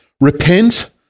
repent